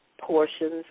portions